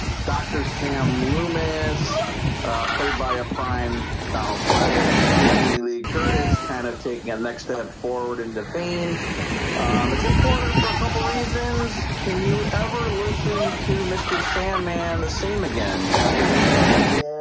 dr. sam loomis played by a prime but pleasants gp the curtis kind of taking a next step forward into fame it's important for a couple reasons. can you ever listen to mr. sandman the same again after hearing it at the end?